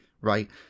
right